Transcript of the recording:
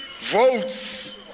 votes